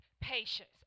patience